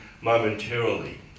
momentarily